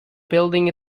building